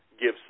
give